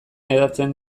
hedatzen